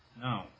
No